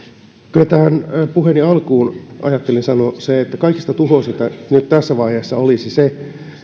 kyllä tähän puheeni alkuun ajattelin sanoa sen että kaikista tuhoisinta nyt tässä vaiheessa olisi se että